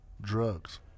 drugs